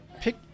pick